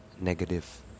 negative